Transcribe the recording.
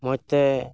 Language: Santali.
ᱢᱚᱡᱽᱛᱮ